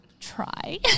Try